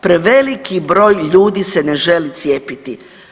Preveliki broj ljudi se ne želi cijepiti.